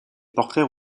portraits